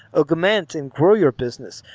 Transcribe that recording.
augment and grow your business.